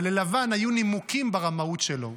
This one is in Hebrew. אבל ללבן היו נימוקים ברמאות שלו,